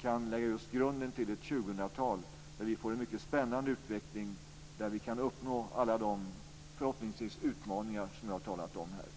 kan lägga grunden till ett 2000-tal där vi får en mycket spännande utveckling och där vi förhoppningsvis kan uppnå alla de utmaningar som jag har talat om här.